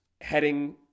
heading